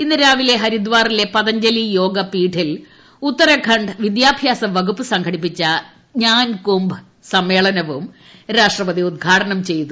ഇന്ന് രാവിലെ ഹരിദ്വാറിലെ പതജ്ഞലി യോഗ പീഠിൽ ഉത്തരഖണ്ഡ് വിദ്യാഭ്യാസ വകുപ്പ് സംഘടിപ്പിച്ച ജ്ഞാൻ കുംഭ് സമ്മേളനവും രാഷ്ട്രപതി ഉദ്ഘാടനം ചെയ്തു